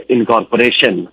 Incorporation